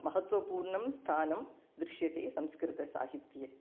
महत्वपूर्णं स्थानं दृश्यते संस्कृतसाहित्ये